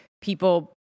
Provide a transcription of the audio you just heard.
people